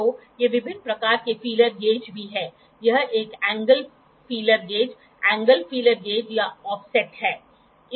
तो ये विभिन्न प्रकार के फीलर गेज भी हैं यह एक angle feeler gauge angle feeler gauge या ऑफसेट है